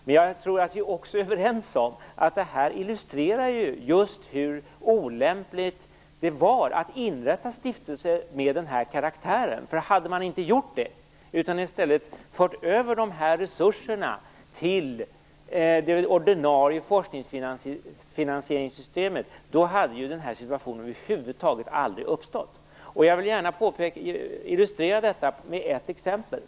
Men jag tror att vi också är överens om att det här illustrerar just hur olämpligt det var att inrätta stiftelser av den här karaktären. Om man inte hade gjort det, utan i stället fört över dessa resurser till de ordinarie forskningsfinansieringssystemen, hade den här situationen över huvud taget aldrig uppstått. Jag vill gärna illustrera detta med ett exempel.